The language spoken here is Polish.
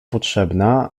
potrzebna